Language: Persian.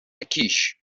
کیش